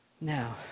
Now